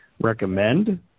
recommend